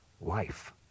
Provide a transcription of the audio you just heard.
life